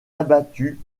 abattu